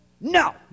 No